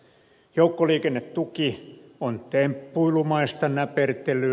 joukkoliikennetuki on temppuilumaista näpertelyä